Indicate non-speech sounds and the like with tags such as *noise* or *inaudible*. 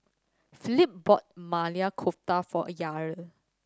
Philip brought *unintelligible* Kofta for Yair